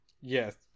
Yes